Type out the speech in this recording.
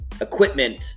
equipment